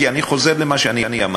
כי, אני חוזר למה שאמרתי: